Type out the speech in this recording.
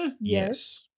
yes